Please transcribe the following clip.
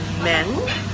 men